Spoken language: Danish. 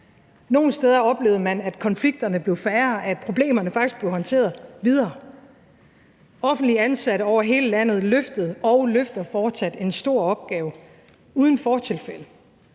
Nogle steder oplevede man, at konflikterne blev færre, og at problemerne faktisk blev håndteret – videre! Offentligt ansatte over hele landet løftede og løfter fortsat en stor opgave uden fortilfælde.